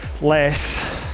Less